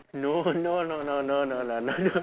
no no no no no no lah no no